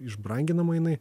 išbranginama jinai